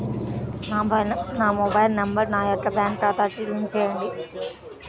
నా mobile number నా యొక్క బ్యాంక్ ఖాతాకి లింక్ చేయండీ?